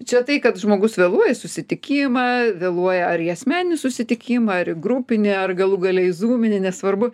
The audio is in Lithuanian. čia tai kad žmogus vėluoja į susitikimą vėluoja ar į asmeninį susitikimą ar į grupinį ar galų gale į zūminį nesvarbu